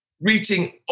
reaching